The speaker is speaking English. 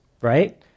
right